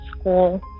school